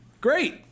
Great